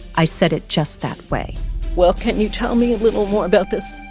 i said it just that way well, can you tell me a little more about this?